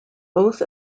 both